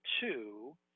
two